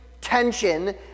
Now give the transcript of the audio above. tension